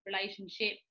relationship